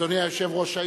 אדוני היושב-ראש,